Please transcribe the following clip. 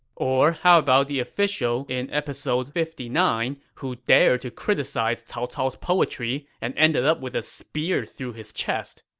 or how about the official in episode fifty nine who dared to criticize cao cao's poetry and ended up with a spear through the chest?